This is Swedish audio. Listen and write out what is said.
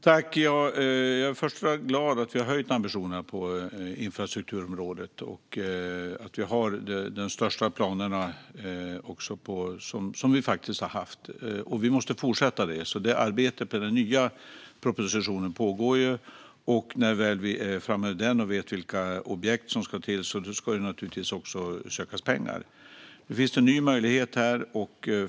Fru talman! Jag är glad att vi har höjt ambitionerna på infrastrukturområdet och att vi nu faktiskt har de största planer vi haft, men vi måste fortsätta. Arbetet med den nya propositionen pågår. När vi väl är framme och vet vilka objekt som ska till ska det naturligtvis också sökas pengar. Nu finns det en ny möjlighet.